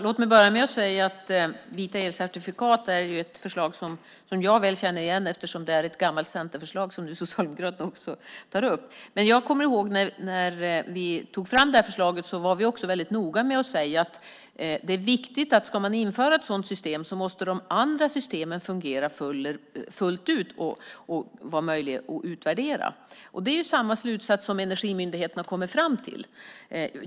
Herr talman! Vita elcertifikat är ett förslag som jag väl känner igen eftersom det är ett gammalt centerförslag som Socialdemokraterna nu tar upp. Jag kommer ihåg att när vi tog fram det här förslaget var vi väldigt noga med att säga att det är viktigt att de andra systemen måste fungera fullt ut och vara möjliga att utvärdera om man ska införa ett sådant system. Det är samma slutsats som Energimyndigheten har kommit fram till.